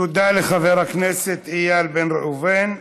תודה לחבר הכנסת איל בן ראובן.